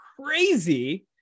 crazy